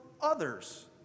others